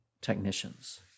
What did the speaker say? technicians